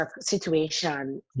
situation